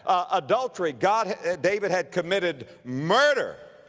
adultery, god david had committed murder.